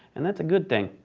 and that's a good thing.